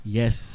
Yes